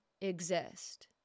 exist